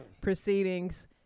proceedings